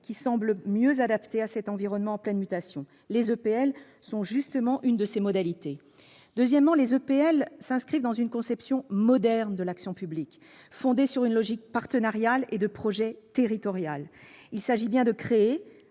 qui semblent le mieux adaptées à cet environnement en pleine mutation. Les EPL représentent justement une de ces modalités. Deuxièmement, les EPL s'inscrivent dans une conception moderne de l'action publique, fondée sur une logique partenariale et de projet territorial. Il s'agit bien de créer,